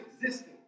existing